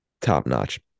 top-notch